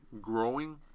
growing